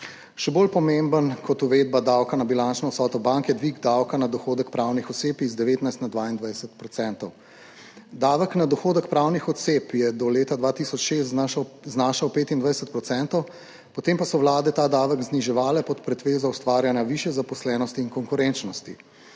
Še bolj pomemben kot uvedba davka na bilančno vsoto bank je dvig davka na dohodek pravnih oseb iz 19 na 22 %. Davek na dohodek pravnih oseb je do leta 2006 znašal 25 %, potem pa so vlade ta davek zniževale pod pretvezo ustvarjanja višje zaposlenosti in konkurenčnosti.